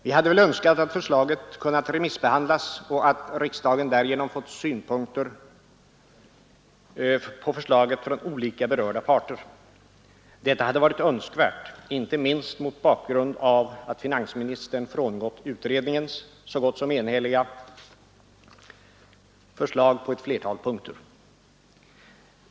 Vi hade väl önskat att förslaget kunnat remissbehandlas och att riksdagen därigenom fått synpunkter på förslaget från olika berörda parter. Detta hade varit önskvärt, inte minst mot bakgrunden av att finansministern frångått utredningens, så gott som enhälliga, förslag på ett flertal punkter.